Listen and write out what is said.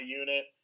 unit